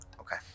Okay